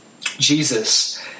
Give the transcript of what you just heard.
Jesus